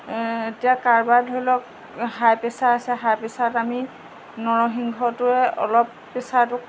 এতিয়া কাৰোবাৰ ধৰি লওক হাই প্ৰেছাৰ আছে হাই প্ৰেছাৰত আমি নৰসিংহটোৱে অলপ প্ৰেছাৰটোক